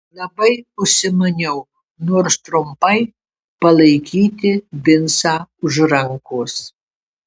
labai užsimaniau nors trumpai palaikyti vincą už rankos